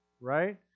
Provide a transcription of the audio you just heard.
right